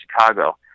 Chicago